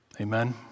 Amen